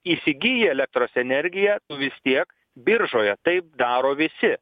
įsigyja elektros energiją vis tiek biržoje taip daro visi